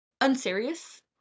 unserious